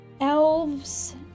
elves